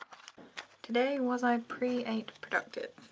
today, was i pre eight productive?